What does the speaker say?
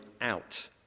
out